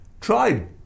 tried